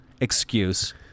excuse